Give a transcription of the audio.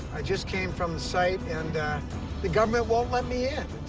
i just came from the site, and the government won't let me in.